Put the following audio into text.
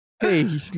hey